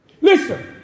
Listen